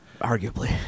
Arguably